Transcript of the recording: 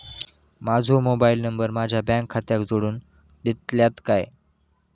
माजो mobile number माझ्या bank खात्याक जोडून दितल्यात काय?